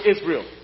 Israel